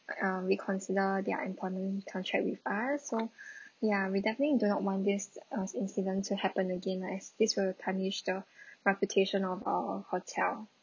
uh reconsider their employment contract with us so yeah we definitely do not want this uh incident to happen again as this will tarnish the reputation of our hotel